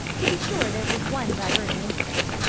to be sure, there was one diverting incident.